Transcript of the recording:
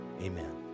amen